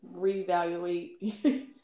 Reevaluate